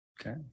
Okay